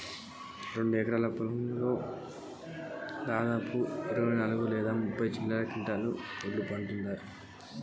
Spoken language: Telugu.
నా రెండు ఎకరాల వరి పొలంలో ఎన్ని క్వింటాలా పంట పండుతది?